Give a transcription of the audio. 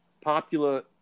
popular